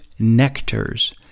nectars